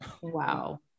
Wow